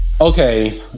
okay